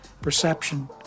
perception